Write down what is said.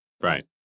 Right